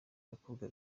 abakobwa